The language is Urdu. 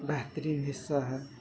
بہترین حصہ ہے